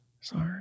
Sorry